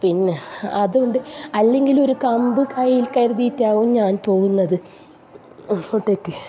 പിന്നെ അതുകൊണ്ട് അല്ലെങ്കിൽ ഒരു കമ്പ് കൈയ്യിൽ കരുതിയിട്ടാവും ഞാൻ പോവുന്നത് അങ്ങോട്ടേക്ക്